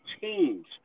teams –